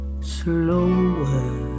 Slower